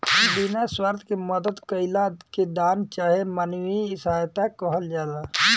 बिना स्वार्थ के मदद कईला के दान चाहे मानवीय सहायता कहल जाला